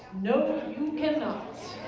no you can not.